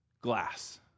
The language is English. glass